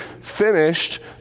finished